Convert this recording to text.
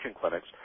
clinics